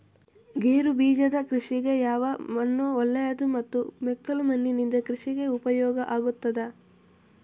ಗೇರುಬೀಜದ ಕೃಷಿಗೆ ಯಾವ ಮಣ್ಣು ಒಳ್ಳೆಯದು ಮತ್ತು ಮೆಕ್ಕಲು ಮಣ್ಣಿನಿಂದ ಕೃಷಿಗೆ ಉಪಯೋಗ ಆಗುತ್ತದಾ?